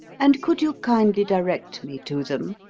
and could you kindly direct me to them?